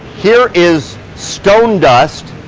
here is stone dust.